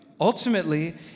Ultimately